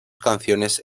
canciones